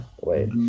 wait